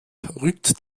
rückt